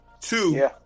two